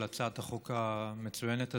על הצעת החוק המצוינת הזאת.